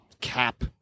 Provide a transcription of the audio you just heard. cap